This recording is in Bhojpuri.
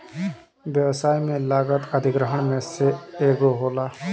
व्यवसाय में लागत अधिग्रहण में से एगो होला